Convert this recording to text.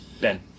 Ben